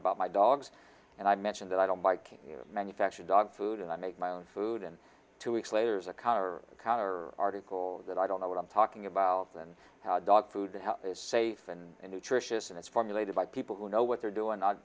about my dogs and i mention that i don't buy manufactured dog food and i make my own food and two weeks later is a car counter article that i don't know what i'm talking about than how dog food is safe and nutritious and it's formulated by people who know what they're doing not